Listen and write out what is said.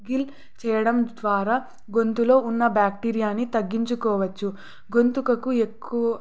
గిల్ చేయడం ద్వారా గొంతులో ఉన్న బ్యాక్టీరియాని తగ్గించుకోవచ్చు గొంతుకు ఎక్కువ